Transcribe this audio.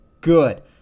good